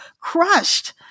crushed